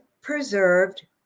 preserved